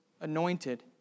anointed